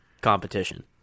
competition